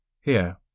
Here